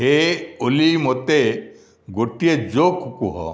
ହେ ଓଲି ମୋତେ ଗୋଟିଏ ଜୋକ୍ କୁହ